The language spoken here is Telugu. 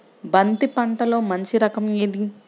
బంతి పంటలో మంచి రకం ఏది?